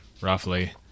roughly